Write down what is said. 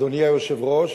אדוני היושב-ראש,